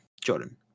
Jordan